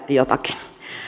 jotakin